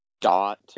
dot